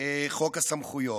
חוק הסמכויות.